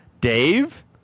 Dave